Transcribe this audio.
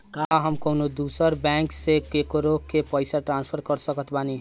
का हम कउनों दूसर बैंक से केकरों के पइसा ट्रांसफर कर सकत बानी?